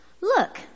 Look